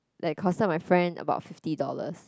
that costed my friend about fifty dollars